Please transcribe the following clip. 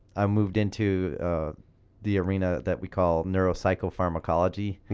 i moved into the arena that we call neuro-cycle pharmacology, and